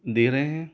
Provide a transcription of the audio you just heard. दे रहें हैं